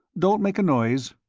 don't make a noise.